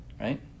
right